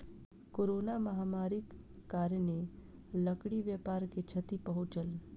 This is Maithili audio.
कोरोना महामारीक कारणेँ लकड़ी व्यापार के क्षति पहुँचल